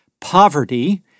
Poverty